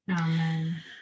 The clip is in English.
Amen